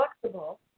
flexible